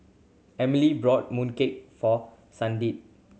Emilee brought mooncake for Sandi